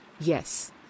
Yes